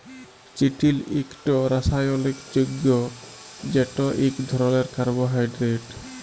চিটিল ইকট রাসায়লিক যগ্য যেট ইক ধরলের কার্বোহাইড্রেট